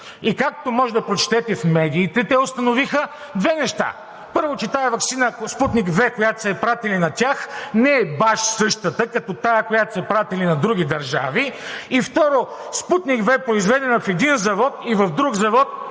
И, както можете да прочетете в медиите, те установиха две неща. Първо, че тази ваксина, ако е „Спутник V“, която са я пратили на тях, не е баш същата като тази, която са пратили на други държави, и второ, „Спутник V“, произведена в един завод и в друг завод,